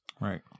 Right